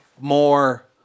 more